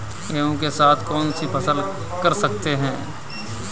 गेहूँ के साथ कौनसी फसल कर सकते हैं?